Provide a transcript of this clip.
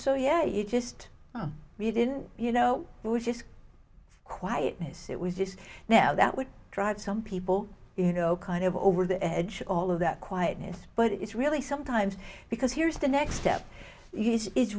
so yeah it just we didn't you know it was just quietness it was just now that would drive some people you know kind of over the edge all of that quietness but it's really sometimes because here's the next step is